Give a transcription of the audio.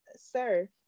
Sir